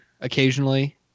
occasionally